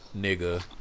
nigga